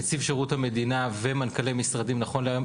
נציב שירות המדינה ומנכ"לי משרדים נכון להיום,